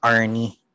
Arnie